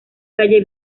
calle